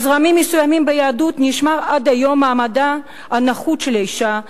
בזרמים מסוימים ביהדות נשמר עד היום מעמדה הנחות של האשה,